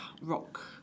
rock